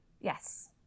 Yes